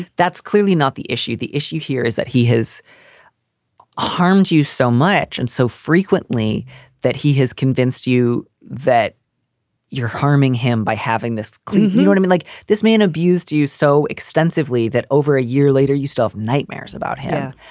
that's clearly not the issue. the issue here is that he has harmed you so much and so frequently that he has convinced you that you're harming him by having this clue. talk you know to me like this man abused you you so extensively that over a year later you stuff nightmares about him.